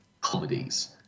comedies